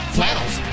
Flannels